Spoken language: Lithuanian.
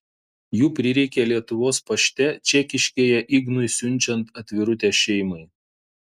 jų prireikė lietuvos pašte čekiškėje ignui siunčiant atvirutę šeimai